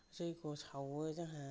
जैग्य' सावो जोंहा